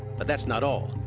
but that's not all.